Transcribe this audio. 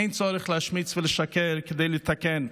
אין צורך להשמיץ ולשקר כדי לתקן.